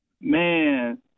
Man